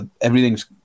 Everything's